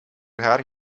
haar